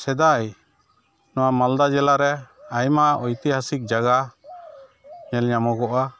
ᱥᱮᱫᱟᱭ ᱱᱚᱣᱟ ᱢᱟᱞᱫᱟ ᱡᱮᱞᱟᱨᱮ ᱟᱭᱢᱟ ᱳᱭᱛᱤᱦᱟᱥᱤᱠ ᱡᱟᱭᱜᱟ ᱧᱮᱞ ᱧᱟᱢᱚᱜᱚᱼᱟ